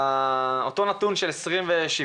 לגבי אותו נתון של 27%,